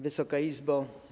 Wysoka Izbo!